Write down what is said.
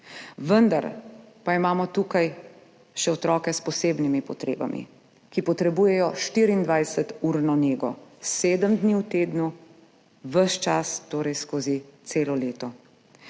Vendar pa imamo tukaj še otroke s posebnimi potrebami, ki potrebujejo 24-urno nego, sedem dni v tednu, ves čas, torej skozi celo leto.